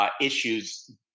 Issues